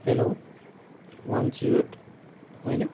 hello one zero eight হয়নে